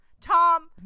Tom